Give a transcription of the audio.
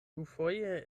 dufoje